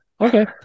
Okay